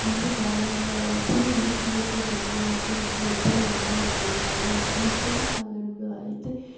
ముందు కాలంలో అయితే ఎద్దులతో దున్నేవారు మరియు ఎద్దుల బండులు వాడేవారు మరి ఇప్పుడు కాలంలో అయితే